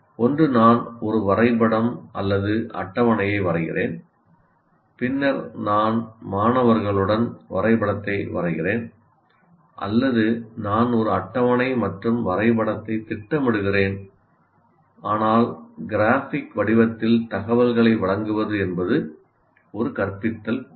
ஒன்று நான் ஒரு வரைபடம் அல்லது அட்டவணையை வரைகிறேன் பின்னர் நான் மாணவர்களுடன் வரைபடத்தை வரைகிறேன் அல்லது நான் ஒரு அட்டவணை மற்றும் வரைபடத்தை திட்டமிடுகிறேன் ஆனால் கிராஃபிக் வடிவத்தில் தகவல்களை வழங்குவது என்பது ஒரு கற்பித்தல் கூறு